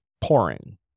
pouring